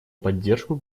поддержку